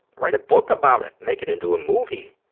write a book about it. make it into a movie.